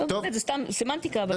זה סתם סמנטיקה.